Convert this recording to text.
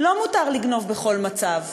לא מותר לגנוב בכל מצב,